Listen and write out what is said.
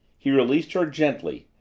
he released her gently,